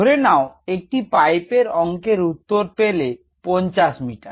ধরে নাও একটি পাইপের অংকের উত্তর পেলে 50 মিটার